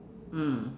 mm